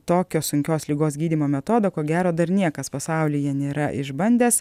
tokio sunkios ligos gydymo metodo ko gero dar niekas pasaulyje nėra išbandęs